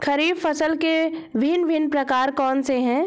खरीब फसल के भिन भिन प्रकार कौन से हैं?